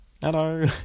Hello